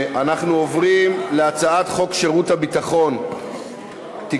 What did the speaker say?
אנחנו עוברים להצעת חוק שירות ביטחון (תיקון,